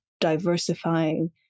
diversifying